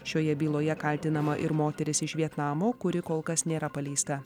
šioje byloje kaltinama ir moteris iš vietnamo kuri kol kas nėra paleista